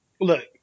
Look